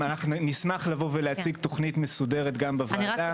אנחנו נשמח לבוא ולהציג תוכנית מסודרת גם בוועדה.